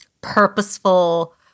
purposeful